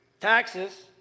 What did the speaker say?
Taxes